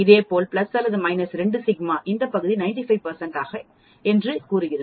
இதேபோல் பிளஸ் அல்லது minus 2 sigma இந்த பகுதி 95 என்று கூறுகிறது